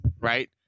Right